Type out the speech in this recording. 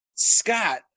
Scott